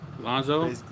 Lonzo